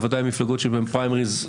בוודאי מפלגות בהן יש פריימריז,